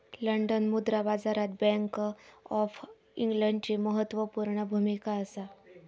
London मुद्रा बाजारात bank of इंग्लंडची म्हत्त्वापूर्ण भुमिका असा